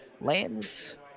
lands